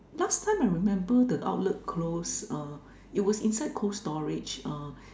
last time I remember the outlet close uh it was inside Cold storage uh